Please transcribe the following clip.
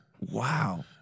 Wow